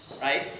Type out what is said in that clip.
Right